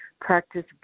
Practice